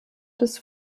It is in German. des